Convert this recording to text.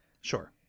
sure